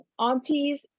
aunties